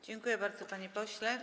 Dziękuję bardzo, panie pośle.